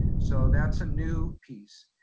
so that's a new piece.